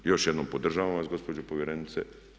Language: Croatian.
I još jednom podržavam vas gospođo povjerenice.